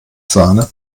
sahne